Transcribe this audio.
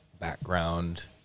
background